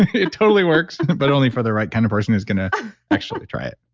it totally works but only for the right kind of person who's going to actually try it.